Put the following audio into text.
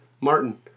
Martin